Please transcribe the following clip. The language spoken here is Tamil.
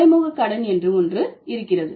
மறைமுக கடன் என்று ஒன்று இருக்கிறது